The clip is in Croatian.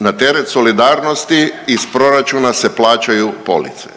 na teret solidarnosti iz proračuna se plaćaju police